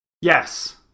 Yes